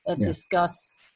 discuss